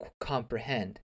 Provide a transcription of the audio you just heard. comprehend